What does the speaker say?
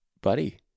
buddy